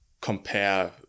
compare